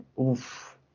Oof